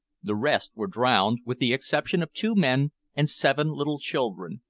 the rest were drowned, with the exception of two men and seven little children,